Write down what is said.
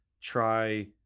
Try